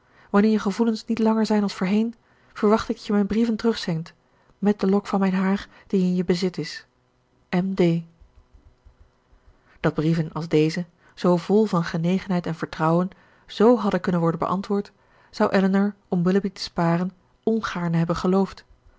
wanneer je gevoelens niet langer zijn als voorheen verwacht ik dat je mijn brieven terugzendt met de lok van mijn haar die in je bezit is m d dat brieven als deze zoo vol van genegenheid en vertrouwen z hadden kunnen worden beantwoord zou elinor om willoughby te sparen ongaarne hebben geloofd